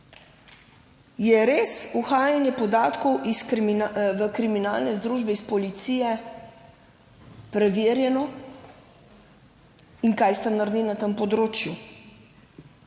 je res uhajanje podatkov iz, v kriminalne združbe iz policije preverjeno in kaj ste naredili na tem področju?